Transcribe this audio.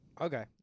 Okay